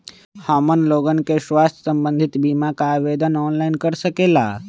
हमन लोगन के स्वास्थ्य संबंधित बिमा का आवेदन ऑनलाइन कर सकेला?